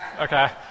Okay